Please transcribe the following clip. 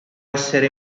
essere